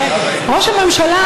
ראש הממשלה,